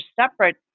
separate